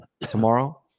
tomorrow